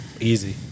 Easy